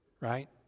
right